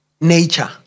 nature